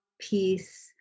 peace